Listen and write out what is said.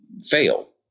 fail